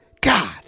God